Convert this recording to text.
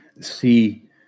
see